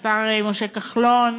לשר משה כחלון